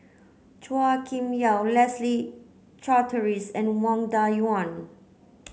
Chua Kim Yeow Leslie Charteris and Wang Dayuan